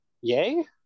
yay